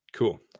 Cool